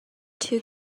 two